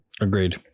Agreed